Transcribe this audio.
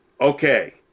Okay